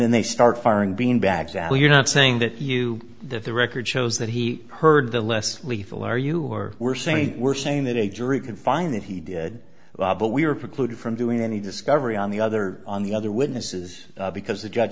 then they start firing beanbags al you're not saying that you that the record shows that he heard the less lethal are you or were saying were saying that a jury could find that he did but we are precluded from doing any discovery on the other on the other witnesses because the judge